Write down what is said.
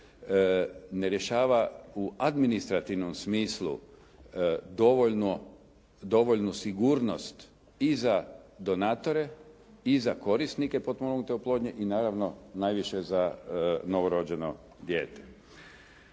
Ne rješava u administrativnom smislu dovoljnu sigurnost i za donatore i za korisnike potpomognute oplodnje i naravno najviše za novorođeno dijete.